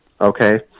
okay